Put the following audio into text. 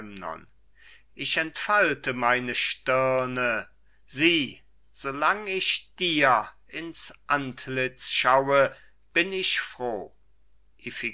ich entfalte meine stirne sieh so lang ich dir ins antlitz schaue bin und froh